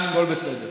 הכול בסדר.